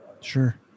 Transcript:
Sure